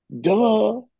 Duh